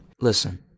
Listen